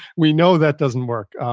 we know that doesn't work.